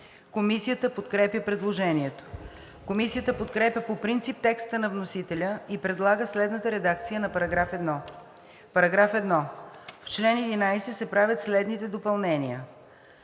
Комисията подкрепя предложението. Комисията подкрепя по принцип текста на вносителя и предлага следната редакция на § 1: „§ 1. В чл. 11 се правят следните допълнения: